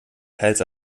teils